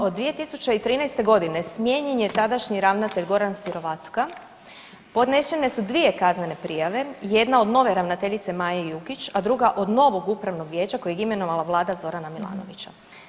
Od 2013. godine smijenjen je tadašnji ravnatelj Goran Sirovatka, podnešene su 2 kaznene prijave, 1 od nove ravnateljice Maje Jukić, a druga od novog upravnog vijeća kojeg je imenovala vlada Zorana Milanovića.